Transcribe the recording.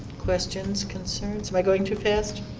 questions, concerns? am i going too fast?